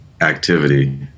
activity